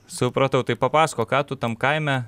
supratau tai papasakok ką tu tam kaime